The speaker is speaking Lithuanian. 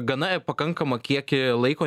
gana pakankamą kiekį laiko nebuvo